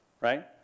Right